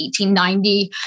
1890